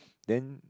then